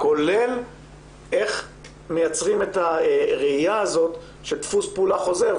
כולל איך מייצרים את הראייה הזאת שדפוס פעולה חוזר,